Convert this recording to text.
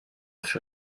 fut